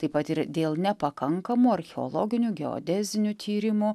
taip pat ir dėl nepakankamo archeologinių geodezinių tyrimų